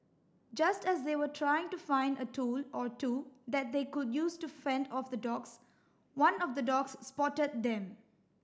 just as they were trying to find a tool or two that they could use to fend off the dogs one of the dogs spotted them